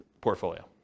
portfolio